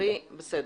עמרי, בסדר.